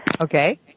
Okay